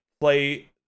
play